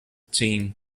team